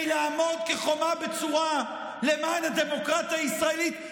לעמוד כחומה בצורה למען הדמוקרטיה הישראלית,